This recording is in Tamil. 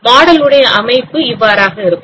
மாடல் உடைய அமைப்பு இவ்வாறாக இருக்கும்